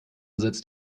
setzt